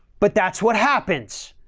but that's what happens.